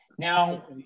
Now